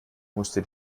musste